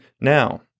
now